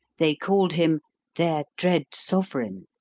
they called him their dread sovereign,